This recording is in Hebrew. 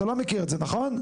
אתה לא מכיר את זה, נכון?